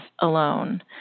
alone